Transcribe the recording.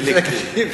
סלקטיבית.